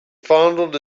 fondled